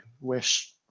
wish